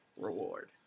reward